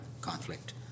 conflict